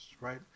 right